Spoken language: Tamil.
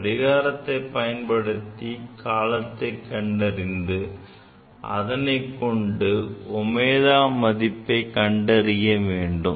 கடிகாரத்தைப் பயன்படுத்தி காலத்து கண்டறிந்து அதைக் கொண்டு Omega மதிப்பை கண்டறிய வேண்டும்